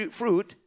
fruit